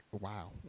wow